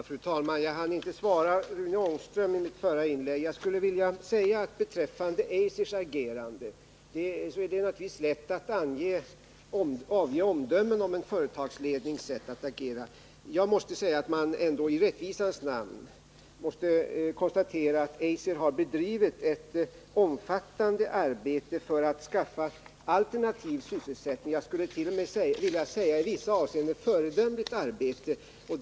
Fru talman! Jag hann inte svara Rune Ångström i mitt förra inlägg. Beträffande Eiser är det naturligtvis lätt att avge omdömen om företagsledningens sätt att agera. Jag måste ändå i rättvisans namn konstatera att Eiser har bedrivit ett omfattande arbete — jag skulle t.o.m. vilja säga i vissa avseenden ett föredömligt arbete — för att skaffa alternativ sysselsättning.